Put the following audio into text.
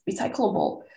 recyclable